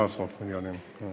לא עשרות מיליונים.